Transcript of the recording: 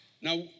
now